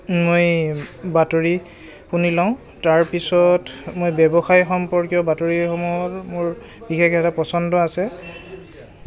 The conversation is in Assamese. মই বাতৰি শুনি লওঁ তাৰপিছত মই ব্যৱসায় সম্পৰ্কীয় বাতৰিসমূহৰ মোৰ বিশেষ এটা পচন্দ আছে